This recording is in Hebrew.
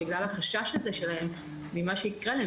בגלל החשש הזה שמשהו יקרה להן.